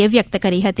એ વ્યક્ત કરી હતી